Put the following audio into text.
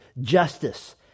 justice